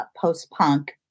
post-punk